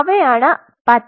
അവയാണ് പച്ച